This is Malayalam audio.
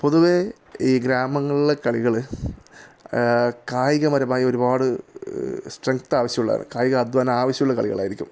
പൊതുവേ ഈ ഗ്രാമങ്ങളിലെ കളികള് കായികപരമായി ഒരുപാട് സ്ട്രെങ്ത് ആവശ്യമുള്ളതാണ് കായികാധ്വാനം ആവശ്യമുള്ള കളികളായിരിക്കും